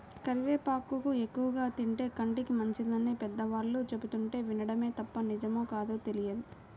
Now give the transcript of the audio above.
కరివేపాకు ఎక్కువగా తింటే కంటికి మంచిదని పెద్దవాళ్ళు చెబుతుంటే వినడమే తప్ప నిజమో కాదో తెలియదు